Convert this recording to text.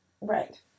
Right